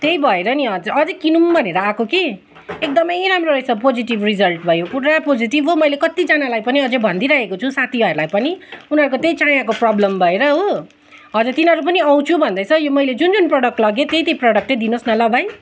त्यही भएर नि हजुर अझै किनौँ भनेर आएको कि एकदमै राम्रो रहेछ पोजेटिभ रिजल्ट भयो पुरा पोजेटिभ हो मैले कतिजनालाई पनि अझै भनिदिइराखेको छु साथीहरूलाई पनि उनीहरूको त्यही चायाँको प्रब्लम भएर हो हजुर तिनीहरू पनि आउँछु भन्दैछ यो मैले जुन जुन प्रोडक्ट लगेँ त्यही त्यही प्रोडक्ट चाहिँ दिनुहोस् न ल भाइ